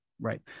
right